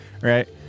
right